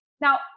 Now